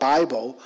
Bible